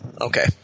Okay